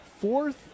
fourth